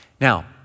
Now